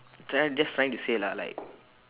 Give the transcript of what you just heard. try just trying to say lah like